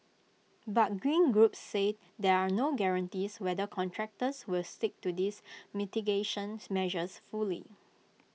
but green groups say there are no guarantees whether contractors will stick to these mitigation measures fully